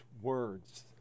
words